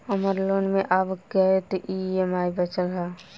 हम्मर लोन मे आब कैत ई.एम.आई बचल ह?